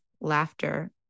laughter